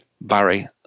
Barry